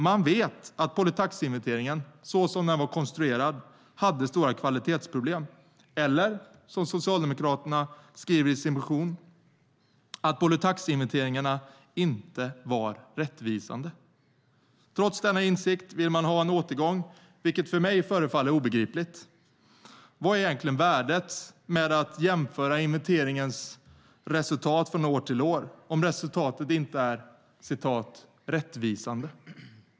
Man vet att polytaxinventeringen, så som den var konstruerad, hade stora kvalitetsproblem eller, som Socialdemokraterna skriver i sin motion, "att polytaxinventeringarna inte var rättvisande". Trots denna insikt vill man ha en återgång, vilket för mig förefaller obegripligt. Vad är egentligen värdet av att jämföra inventeringens resultat från år till år om resultatet inte är "rättvisande"?